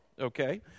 Okay